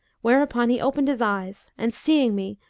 whereupon he opened his eyes and seeing me,